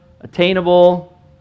attainable